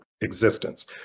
existence